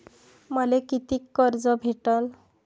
मले कितीक कर्ज भेटन?